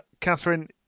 Catherine